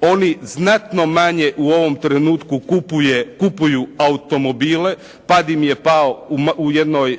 oni znatno manje u ovom trenutku kupuju automobile, pad im je pao u jednoj